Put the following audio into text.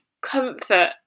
comfort